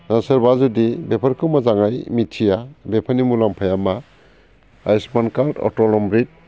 सोरबा जुदि बेफोरखौ मोजाङै मिथिया बेफोरनि मुलाम्फाया मा आयुसमान कार्द अटल अम्रिट